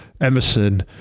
Emerson